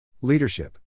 Leadership